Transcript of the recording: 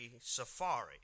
safari